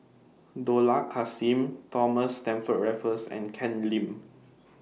Dollah Kassim Thomas Stamford Raffles and Ken Lim